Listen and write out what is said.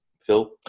Phil